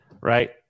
Right